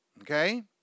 okay